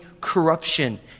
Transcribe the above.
corruption